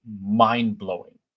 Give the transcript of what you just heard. mind-blowing